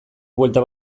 buelta